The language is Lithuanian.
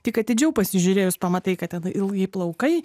tik atidžiau pasižiūrėjus pamatai kad tenai ilgi plaukai